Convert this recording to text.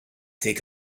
dig